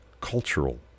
cultural